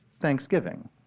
Thanksgiving